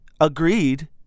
agreed